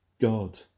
God